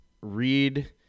read